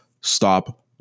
stop